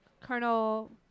Colonel